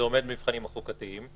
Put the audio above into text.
זה עומד במבחנים החוקתיים.